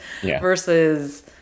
versus